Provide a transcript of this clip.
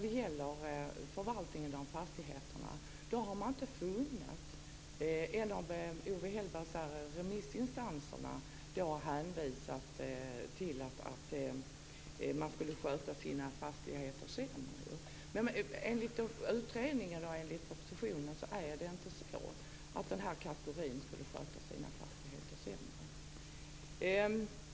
Owe Hellberg säger att remissinstanserna har hänvisat till att fastigheterna skulle skötas sämre. Enligt utredningen och enligt propositionen är det inte så att denna kategori sköter sina fastigheter sämre.